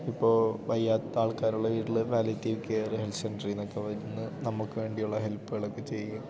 ഇപ്പോൾ വയ്യാത്ത ആൾക്കാരുള്ള വീട്ടിൽ പാലിറ്റീവ് കെയർ ഹെൽത്ത് സെൻ്ററിൽ നിന്നൊക്കെ വന്നു നമുക്ക് വേണ്ടിയുള്ള ഹെൽപ്പുകളൊക്കെ ചെയ്യും